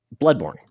Bloodborne